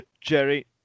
Jerry